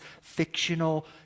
fictional